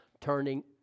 turning